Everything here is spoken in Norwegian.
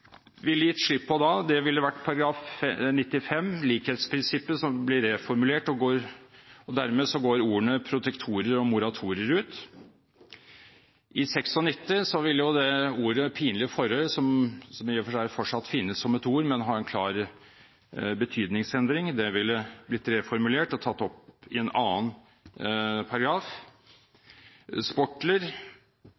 vi ville gitt slipp på da, ville vært § 95, om likhetsprinsippet, som blir reformulert – dermed går ordene «Protektorier» og «Moratorier» ut. I § 96 ville uttrykket «Pinligt forhør», som i og for seg fortsatt finnes som begrep, men som har fått en klar betydningsendring, blitt reformulert og tatt opp i en annen paragraf.